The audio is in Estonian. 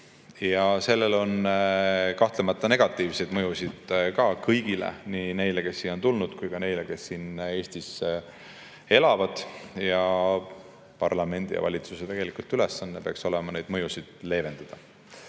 Sellel on kahtlemata negatiivseid mõjusid kõigile, nii neile, kes siia on tulnud, kui ka neile, kes siin Eestis elavad. Parlamendi ja valitsuse ülesanne peaks olema neid mõjusid leevendada